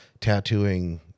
tattooing